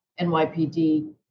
NYPD